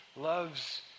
loves